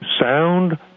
Sound